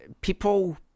people